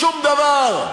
שום דבר.